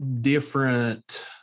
different